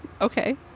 okay